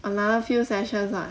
another few sessions ah